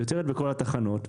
היא עוצרת בכל התחנות,